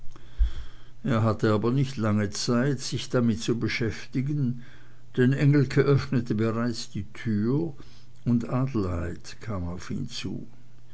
er hatte aber nicht lange zeit sich damit zu beschäftigen denn engelke öffnete bereits die tür und adelheid kam auf ihn zu